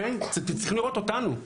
אתם צריכים לראות אותנו,